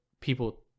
people